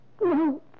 no